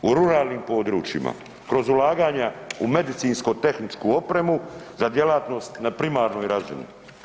U ruralnim područjima kroz ulaganja u medicinsko-tehničku opremu za djelatnost na primarnoj razini.